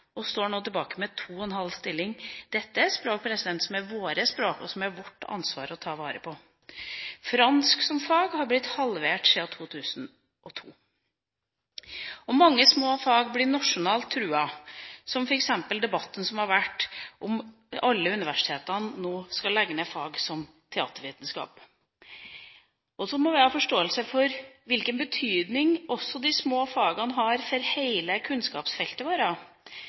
og står nå tilbake med 2,5 stillinger. Dette er språk som er våre språk, og som er vårt ansvar å ta vare på. Fransk som fag har blitt halvert siden 2002. Mange små fag blir nasjonalt truet, som f.eks. debatten som har vært om alle universitetene nå skal legge ned fag som teatervitenskap. Vi må ha forståelse for hvilken betydning også de små fagene har for hele kunnskapsfeltet vårt.